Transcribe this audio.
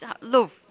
love